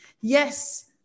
yes